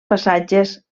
passatges